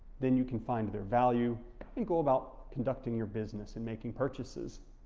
then you can find their value and go about conducting your business and making purchases.